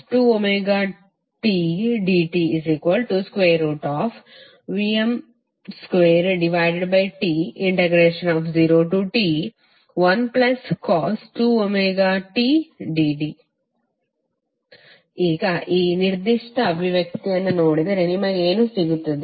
Vrms1T0TVm2cos2tdtVm2T0T1cos2tdt ಈಗ ನೀವು ಈ ನಿರ್ದಿಷ್ಟ ಅಭಿವ್ಯಕ್ತಿಯನ್ನು ನೋಡಿದರೆ ನಿಮಗೆ ಏನು ಸಿಗುತ್ತದೆ